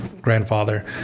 grandfather